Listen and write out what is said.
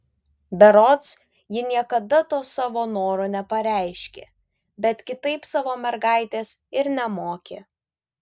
berods ji niekada to savo noro nepareiškė bet kitaip savo mergaitės ir nemokė